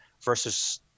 versus